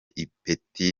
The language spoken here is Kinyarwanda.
ipeti